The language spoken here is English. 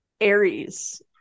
Aries